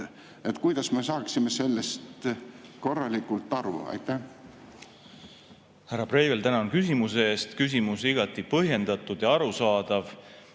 Kuidas me saaksime sellest korralikult aru? Härra Breivel, tänan küsimuse eest! Küsimus on igati põhjendatud ja arusaadav.